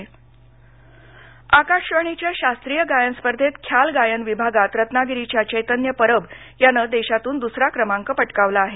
परब आकाशवाणीच्या शास्त्रीय गायन स्पर्धेत ख्याल गायन विभागात रत्नागिरीच्या चैतन्य परब यानं देशातून दूसरा क्रमांक पटकाविला आहे